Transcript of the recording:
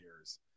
years